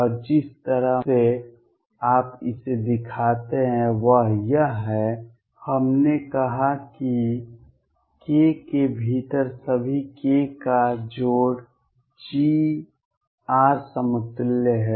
और जिस तरह से आप इसे दिखाते हैं वह यह है कि हमने कहा कि k के भीतर सभी k का जोड़ g r समतुल्य है